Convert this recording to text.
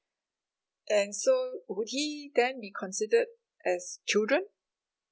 and so would he then be considered as children